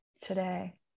today